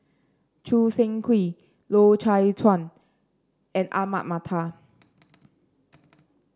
Choo Seng Quee Loy Chye Chuan and Ahmad Mattar